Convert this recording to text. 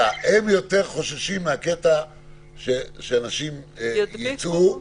הם יותר חוששים מהקטע שאנשים יצאו -- ידביקו.